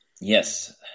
Yes